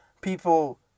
people